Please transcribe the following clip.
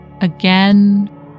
again